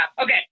okay